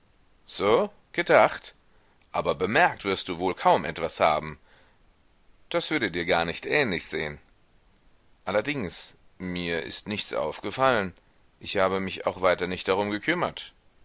so gedacht aber bemerkt wirst du wohl kaum etwas haben das würde dir gar nicht ähnlich sehen allerdings mir ist nichts aufgefallen ich habe mich auch weiter nicht darum gekümmert